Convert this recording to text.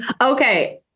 okay